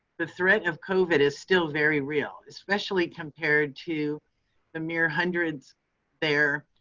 the threat of covid is still very real, especially compared to the mere hundreds there